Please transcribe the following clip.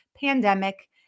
pandemic